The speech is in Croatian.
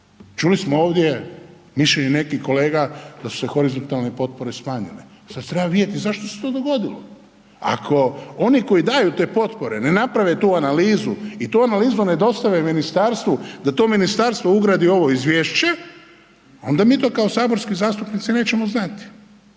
Čuli smo ovdje mišljenje nekih kolega da su se horizontalne potpore smanjile. Sad treba vidjeti zašto se to dogodilo. Ako, oni koji daju te potpore ne naprave tu analizu i tu analizu ne dostave ministarstvu da to ministarstvo ugradi u ovo izvješće, onda mi to kao saborski zastupnici nećemo znati.